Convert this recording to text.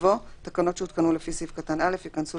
הממשלה תחליט והאזרחים ישמעו מה היא החליטה,